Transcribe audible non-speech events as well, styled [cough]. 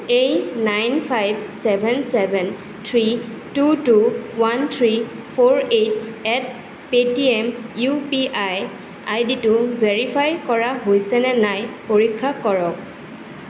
এই nine five seven seven three two two one three four eight [unintelligible] Paytm U P I I ডিটো verify কৰা হৈছেনে নাই পৰীক্ষা কৰক